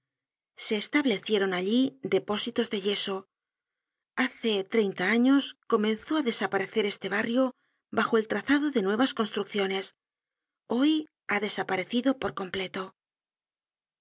se establecieron allí depósitos de yeso i hace treinta años comenzó ha desaparecer este barrio bajo el trazado de nuevas construcciones hoy ha desaparecido por completo